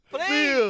Please